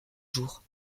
jours